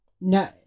No